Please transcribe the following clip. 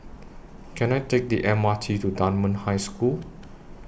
Can I Take The M R T to Dunman High School